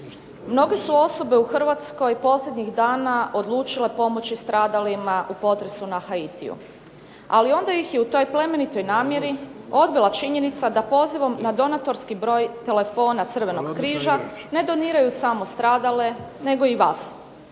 Mnoge su osobe u Hrvatskoj posljednjih dana odlučile pomoći stradalima u potresu na Haitiju, ali onda ih je u toj plemenitoj namjeri odvela činjenica da pozivom na donatorski broj telefona Crvenog križa ne doniraju samo stradale nego i vas.